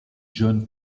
john